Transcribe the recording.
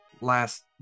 last